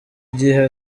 igihe